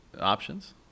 options